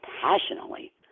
passionately